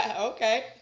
Okay